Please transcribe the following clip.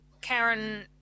Karen